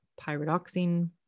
pyridoxine